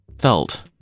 felt